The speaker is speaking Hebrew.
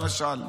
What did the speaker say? למשל?